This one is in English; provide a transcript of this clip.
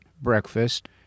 breakfast